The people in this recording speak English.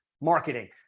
marketing